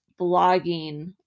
blogging